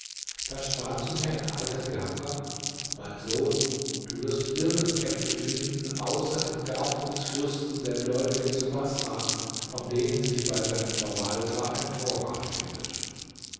da sprach zu mir ein alter gärtner mein sohn du wirst nirgends äpfel finden außer im garten des fürsten der gläubigen zu baßrah von denen sich bei seinem verwalter ein vorrat findet